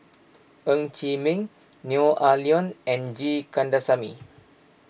Ng Chee Meng Neo Ah Luan and G Kandasamy